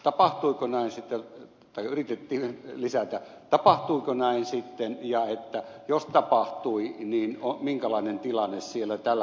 olisin kysynyt sitä että tapahtuiko näin sitten ja jos tapahtui niin minkälainen tilanne siellä tällä hetkellä on